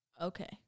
okay